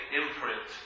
imprint